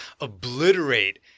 obliterate